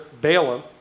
Balaam